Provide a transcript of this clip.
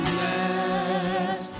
Bless